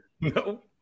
No